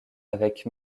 avec